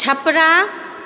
Chhapra